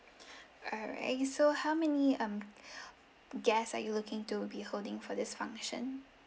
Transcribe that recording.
alright so how many um guests are you looking to be holding for this function